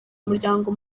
muryango